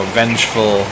vengeful